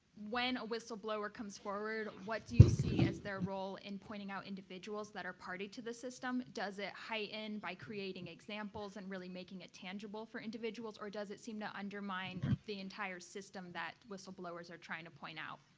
when a whistleblower comes forward, what do you see is their role in pointing out individuals that are party to the system? does it heighten by creating examples and really making it tangible for individuals, or does it seem to undermine the entire system that whistleblowers are trying to point out,